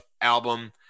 album